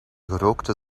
gerookte